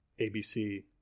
ABC